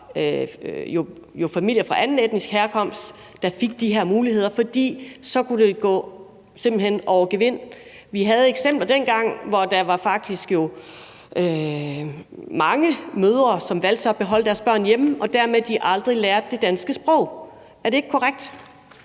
var familier af anden etnisk herkomst, der fik de her muligheder, for så kunne det simpelt hen gå over gevind. Vi havde eksempler dengang, hvor der jo faktisk var mange mødre, som så valgte at beholde deres børn hjemme, og dermed lærte de aldrig det danske sprog. Er det ikke korrekt?